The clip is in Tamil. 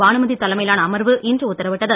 பானுமதி தலைமையிலான அமர்வு இன்று உத்தரவிட்டது